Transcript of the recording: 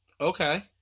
Okay